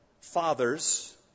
fathers